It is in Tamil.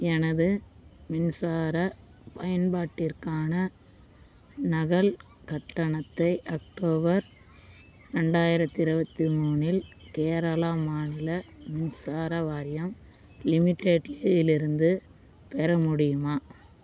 எனது மின்சார பயன்பாட்டிற்கான நகல் கட்டணத்தை அக்டோபர் ரெண்டாயிரத்தி இருபத்தி மூணில் கேரளா மாநில மின்சார வாரியம் லிமிடெட்டிலிருந்து பெற முடியுமா